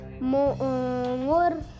more